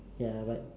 ya but